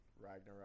Ragnarok